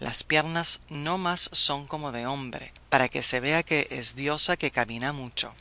las piernas no más son como de hombre para que se vea que es diosa que camina mucho